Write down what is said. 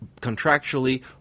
contractually